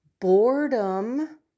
boredom